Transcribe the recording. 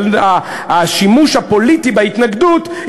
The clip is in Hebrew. אבל השימוש הפוליטי בהתנגדות,